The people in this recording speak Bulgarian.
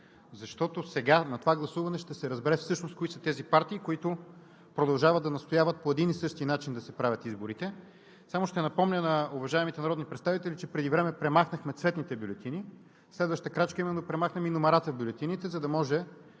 защото на това гласуване всъщност ще се разбере кои са тези партии, които продължават да настояват изборите да се правят по един и същи начин. Само ще напомня на уважаемите народни представители, че преди време премахнахме цветните бюлетини. Следващата крачка е именно да премахнем и номерата в бюлетините, за да може